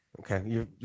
Okay